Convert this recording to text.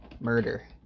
Murder